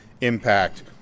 impact